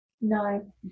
No